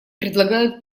предлагают